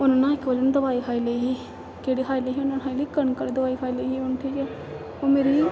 उन न इक बारी उन्न दवाई खाई लेई ही केह्ड़ी खाई लेई ही उ'नें खाई लेई कनक आह्ली दवाई खाई लेई ही उन ठीक ऐ ओह् मेरी